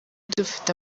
dufite